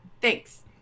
Thanks